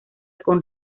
con